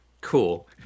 Cool